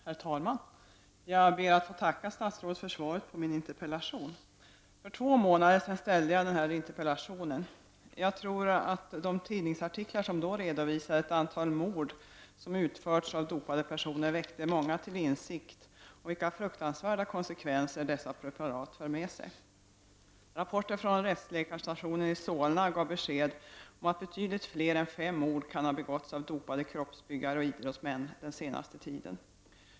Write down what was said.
Herr talman! Jag ber att få tacka statsrådet för svaret på min interpellation. För två månader sedan ställde jag denna interpellation. Jag tror att de tidningsartiklar som då redovisade ett antal mord som utförts av dopade personer väckte många till insikt om vilka fruktansvärda konsekvenser dessa preparat för med sig. Rapporter från rättsläkarstationen i Solna gav besked om att betydligt fler än fem mord kan ha begåtts av dopade kroppsbyggare och idrottsmän den senaste tiden.